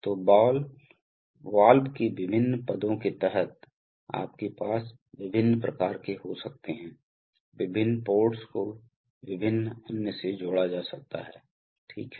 तो ball valve के विभिन्न पदों के तहत आपके पास विभिन्न प्रकार के हो सकते हैं विभिन्न पोर्ट्स को विभिन्न अन्य से जोड़ा जा सकता है ठीक है